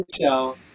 show